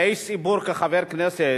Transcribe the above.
כאיש ציבור, כחבר כנסת,